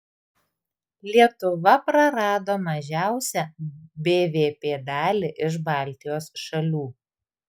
lietuva prarado mažiausią bvp dalį iš baltijos šalių